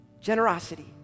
Generosity